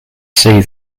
see